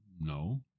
No